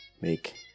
make